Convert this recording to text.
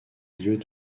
lieux